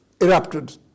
erupted